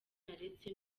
naretse